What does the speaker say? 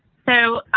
so,